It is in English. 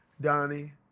Donnie